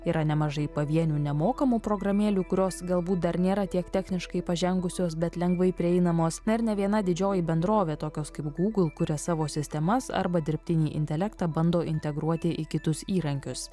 yra nemažai pavienių nemokamų programėlių kurios galbūt dar nėra tiek techniškai pažengusios bet lengvai prieinamos na ir neviena didžioji bendrovė tokios kaip google kuria savo sistemas arba dirbtinį intelektą bando integruoti į kitus įrankius